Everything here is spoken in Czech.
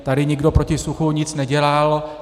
Tady nikdo proti suchu nic nedělal.